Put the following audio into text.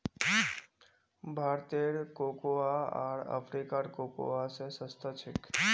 भारतेर कोकोआ आर अफ्रीकार कोकोआ स सस्ता छेक